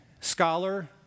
scholar